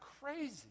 crazy